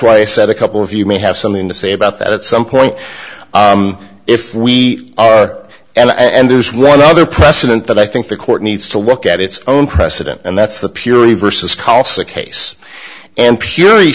why i said a couple of you may have something to say about that at some point if we are and there's one other precedent that i think the court needs to look at its own precedent and that's the purity versus khalsa case and pur